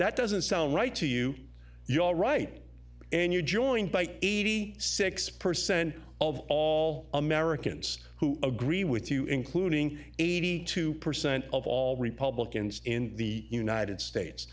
that doesn't sound right to you you all right and you join by eighty six percent of all americans who agree with you including eighty two percent of all republicans in the united states